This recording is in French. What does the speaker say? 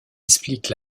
explique